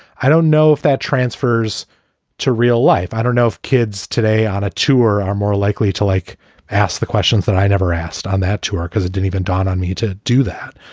i don't know if that transfers to real life. i don't know if kids today on a tour are more likely to, like ask the questions that i never asked on that tour because it didn't even dawn on me to do that.